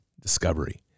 discovery